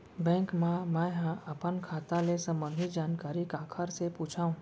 Bank मा मैं ह अपन खाता ले संबंधित जानकारी काखर से पूछव?